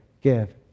give